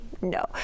no